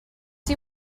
see